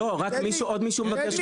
רק עוד מישהו מבקש רשות דיבור.